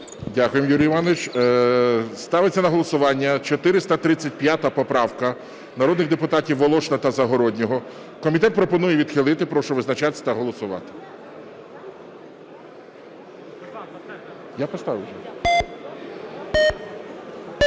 Дякуємо, Юрію Івановичу. Ставиться на голосування 435 поправка народних депутатів Волошина та Загороднього. Комітет пропонує відхилити. Прошу визначатися та голосувати. 10:06:32